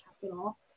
Capitol